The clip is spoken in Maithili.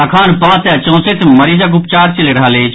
अखन पांच सय चौंसठि मरीजक उपचार चलि रहल अछि